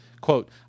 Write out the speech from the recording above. Quote